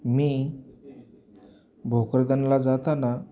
मी भोकरदनला जाताना